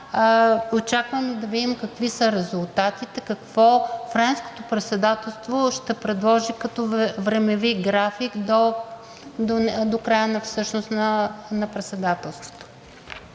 Очакваме да видим какви са резултатите, какво Френското председателство ще предложи като времеви график до края на Председателството.